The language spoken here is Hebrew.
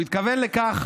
הוא התכוון לכך